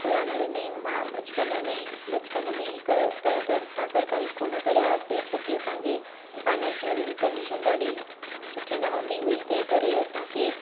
चोरानवे में मां बचपन में ई बचपन में ई हिकु पहिरियों त असां सरकारी स्कूल में पढ़िया हुआसीं छोकी असांजी फाइनैंशियल कंडीशन ॾाढी सुठी न हूंदी हुई तंहिं करे असांखे